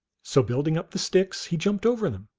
so building up the sticks, he jumped over them,